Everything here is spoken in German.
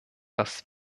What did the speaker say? das